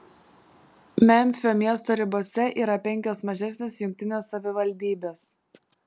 memfio miesto ribose yra penkios mažesnės jungtinės savivaldybės